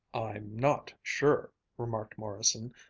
i'm not sure, remarked morrison,